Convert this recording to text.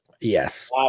Yes